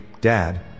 Dad